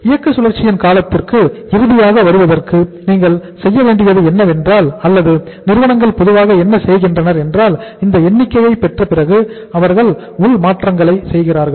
இயக்க சுழற்சியின் காலத்திற்கு இறுதியாக வருவதற்கு நீங்கள் செய்ய வேண்டியது என்னவென்றால் அல்லது நிறுவனங்கள் பொதுவாக என்ன செய்கின்றனர் என்றால் இந்த எண்ணிக்கையை பெற்ற பிறகு அவர்கள் உள் மாற்றங்களை செய்கிறார்கள்